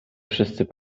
wszyscy